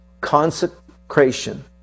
Consecration